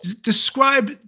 describe